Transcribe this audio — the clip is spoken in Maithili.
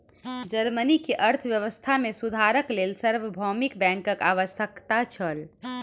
जर्मनी के अर्थव्यवस्था मे सुधारक लेल सार्वभौमिक बैंकक आवश्यकता छल